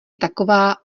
taková